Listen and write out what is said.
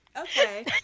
okay